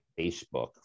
Facebook